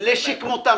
לשכמותם.